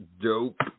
dope